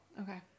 Okay